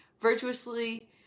Virtuously